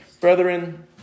Brethren